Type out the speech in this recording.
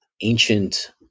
ancient